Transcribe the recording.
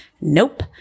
Nope